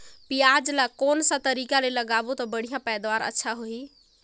पियाज ला कोन सा तरीका ले लगाबो ता बढ़िया पैदावार अच्छा होही?